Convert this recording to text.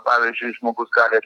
pavyzdžiui žmogus gali